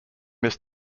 this